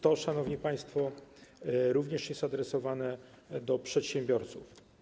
To, szanowni państwo, również jest adresowane do przedsiębiorców.